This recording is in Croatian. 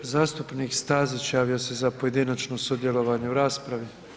Zastupnik Stazić javio se za pojedinačno sudjelovanje u raspravi.